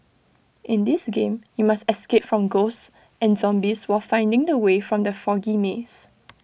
in this game you must escape from ghosts and zombies while finding the way from the foggy maze